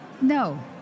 No